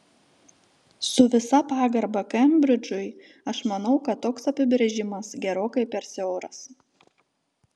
su visa pagarba kembridžui aš manau kad toks apibrėžimas gerokai per siauras